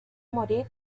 morir